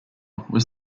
was